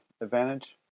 advantage